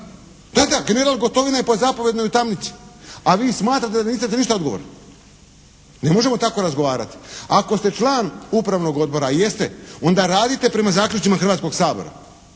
Da, da, general Gotovina je po zapovijedi u tamnici, a vi smatrate da niste za ništa odgovorni. Ne možemo tako razgovarati. Ako ste član Upravnog odbora i jeste, onda radite prema zaključcima Hrvatskog sabora.